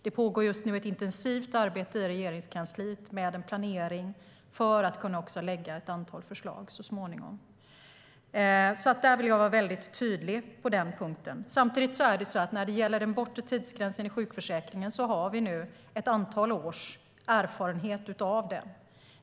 Det pågår nu ett intensivt arbete i Regeringskansliet med en planering för att så småningom lägga fram ett antal förslag. Jag är tydlig på den punkten. Det finns ett antal års erfarenhet av den bortre tidsgränsen.